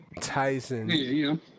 Tyson